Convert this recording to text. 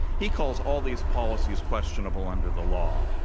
he calls all these policies questionable under the law.